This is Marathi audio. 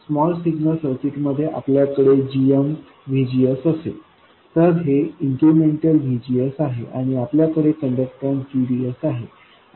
स्मॉल सिग्नल सर्किटमध्ये आपल्याकडे gmVGS असेल तर हे इन्क्रिमेंटल VGS आहे आणि आपल्याकडे कंडक्टन्स gds आहे